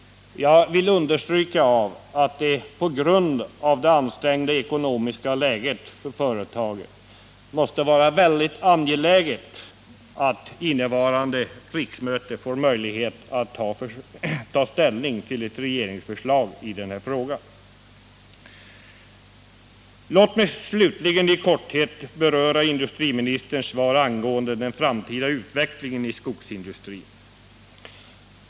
Jag vill understryka att det på grund av det ansträngda ekonomiska läget för företaget är mycket angeläget att man under innevarande riksmöte får möjlighet att ta ställning till ett regeringsförslag i denna fråga. Låt mig slutligen i korthet beröra industriministerns svar angående den framtida utvecklingen i skogsindustrin.